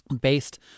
based